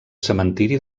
cementiri